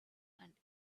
and